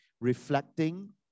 reflecting